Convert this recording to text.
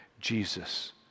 Jesus